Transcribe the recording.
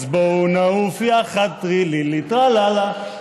/ אז בואו נעוף יחד, טרי לי לי, טרה לה לה /